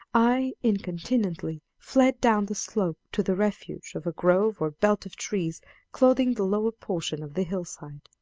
i incontinently fled down the slope to the refuge of a grove or belt of trees clothing the lower portion of the hillside.